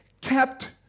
kept